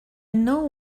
know